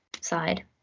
side